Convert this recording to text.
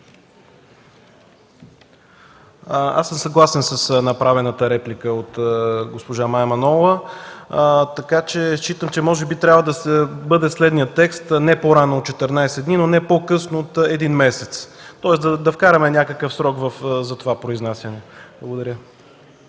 (КБ): Съгласен съм с направената реплика от госпожа Мая Манолова. Считам, че може би трябва да бъде следният текст: „не по-рано от 14 дни, но не по-късно от 1 месец”, тоест, да вкараме някакъв срок за това произнасяне. Благодаря.